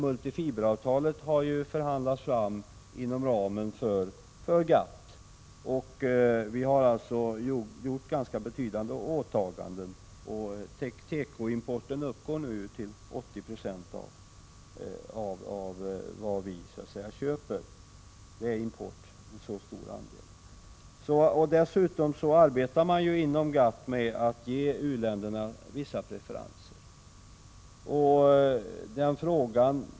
Multifiberavtalet har förhandlats fram inom ramen för GATT, och vi har gjort ganska betydande åtaganden. Tekoimporten uppgår nu till 80 96 av vad vi köper. Dessutom arbetar man inom GATT med att ge u-länderna vissa preferenser.